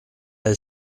est